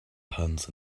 puns